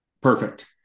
perfect